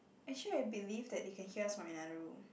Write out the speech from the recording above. actually I believe that they can hear us from another room